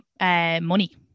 money